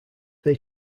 they